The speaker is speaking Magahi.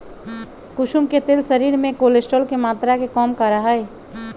कुसुम के तेल शरीर में कोलेस्ट्रोल के मात्रा के कम करा हई